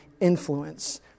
influence